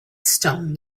stone